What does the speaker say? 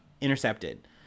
intercepted